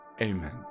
Amen